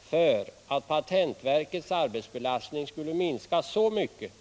för att patentverkets arbetsbelastning skulle minska så mycket